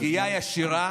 זאת פגיעה ישירה